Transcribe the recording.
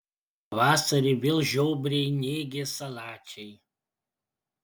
pavasarį vėl žiobriai nėgės salačiai